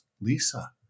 Lisa